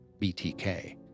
BTK